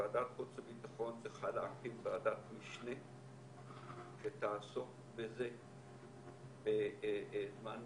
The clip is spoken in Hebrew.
ועדת חוץ וביטחון צריכה להקים ועדת משנה שתעסוק בזה בזמן מלא.